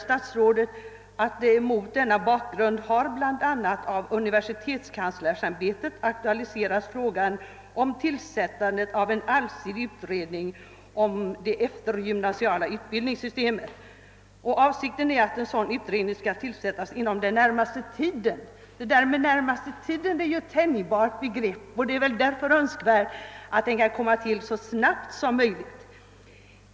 Statsrådet anför vidare: »Mot denna bakgrund har, bl.a. av universitetskanslersämbetet, aktualiserats frågan om tillsättande av en allsidig utredning om det eftergymnasiala utbildningssystemet. Avsikten är att en sådan utredning skall tillsättas inom den närmaste tiden.» Den närmaste tiden är ett tänjbart begrepp. Önskvärt är att utredningen kan komma till stånd så snabbt som möjligt.